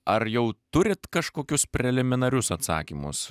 ar jau turit kažkokius preliminarius atsakymus